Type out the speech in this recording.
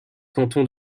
canton